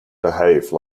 behave